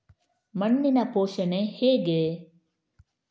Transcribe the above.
ಮಣ್ಣಿನ ಪೋಷಣೆ ಹೇಗೆ?